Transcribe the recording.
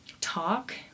talk